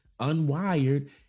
unwired